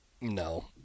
No